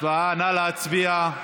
נא להצביע.